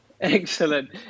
excellent